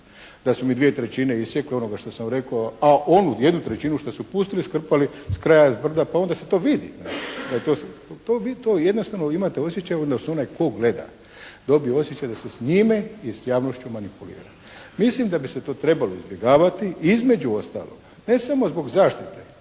da su mi 2/3 isjekli onoga što sam rekao, a onu 1/3 koju su pustili skrpali s kraja, s brda, pa onda se to vidi. To jednostavno imate osjećaj da onda onaj tko gleda dobije osjećaj da se s njime i s javnošću manipulira. Mislim da bi se to trebalo izbjegavati. Između ostaloga, ne samo zbog zaštite